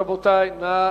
רבותי, נא